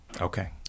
Okay